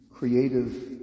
Creative